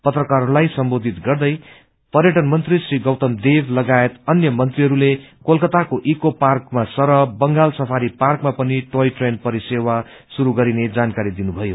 पत्रकारहरूलाई सम्बोधित गर्दै पर्यटन मन्त्री श्री गौतम देव लगायत अन्य मन्त्रीहरूले कोलकताको इको पार्कमा सरह बंगाल सफारी पार्कमा पनि टोय ट्रेन परिसेवा शुरू गरिने जानकारी दिनुभयो